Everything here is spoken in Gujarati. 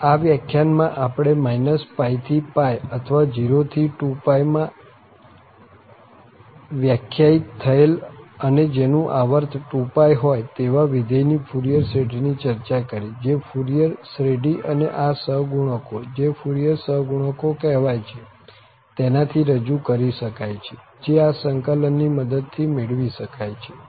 આમ આ વ્યાખ્યાનમાં આપણે π થી અથવા 0 થી 2π માં વ્યાખ્યાયિત થયેલ અને જેનું આવર્ત 2π હોય તેવા વિધેય ની ફુરિયર શ્રેઢીની ચર્ચા કરી જે ફુરિયર શ્રેઢી અને આ સહગુણકો જે ફુરિયર સહગુણકો કહેવાય છે તેનાથી રજુ કરી શકાય છે જે આ સંકલનની મદદ થી મેળવી શકાય છે